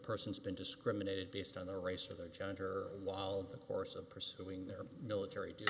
person's been discriminated based on their race or their gender while the course of pursuing their military d